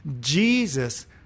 Jesus